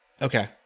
Okay